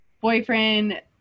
boyfriend